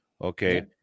Okay